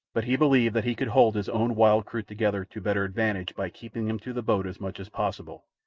but he believed that he could hold his own wild crew together to better advantage by keeping them to the boat as much as possible.